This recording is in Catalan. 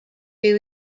viu